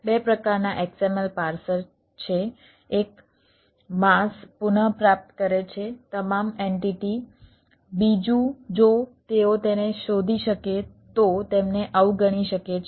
બે પ્રકારના XML parser છે એક માસ પુનઃપ્રાપ્ત કરે છે તમામ એન્ટિટી બીજું જો તેઓ તેને શોધી શકે તો તેમને અવગણી શકે છે